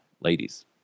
Ladies